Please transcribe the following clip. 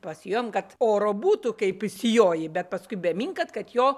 pasijojam kad oro būtų kaip išsijoji bet paskui beminkant kad jo